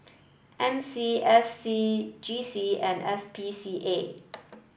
M C S C G C and S P C A